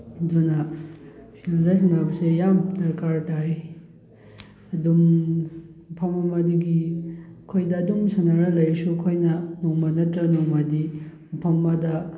ꯑꯗꯨꯅ ꯐꯤꯜꯗ ꯁꯥꯟꯅꯕꯁꯦ ꯌꯥꯝ ꯗꯔꯀꯥꯔ ꯇꯥꯏ ꯑꯗꯨꯝ ꯃꯐꯝ ꯑꯃꯗꯒꯤ ꯑꯩꯈꯣꯏꯗ ꯑꯗꯨꯝ ꯁꯥꯟꯅꯔ ꯂꯩꯔꯁꯨ ꯑꯩꯈꯣꯏꯅ ꯅꯣꯡꯃ ꯅꯠꯇ꯭ꯔ ꯅꯣꯡꯃꯗꯤ ꯃꯐꯝ ꯑꯃꯗ